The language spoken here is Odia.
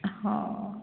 ହଁ